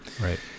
Right